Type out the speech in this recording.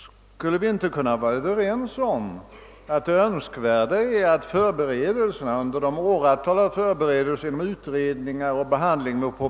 Skulle vi inte kunna vara överens om att det är önskvärt att förberedelsearbetet med utredningar, propositionsskrivning o.s.